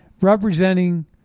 representing